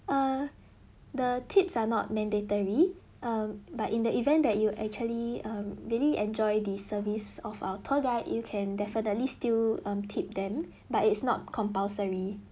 err the tips are not mandatory err but in the event that you actually err really enjoy the service of our tour guide you can definitely still um tip them but it's not compulsory